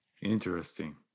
Interesting